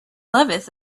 loveth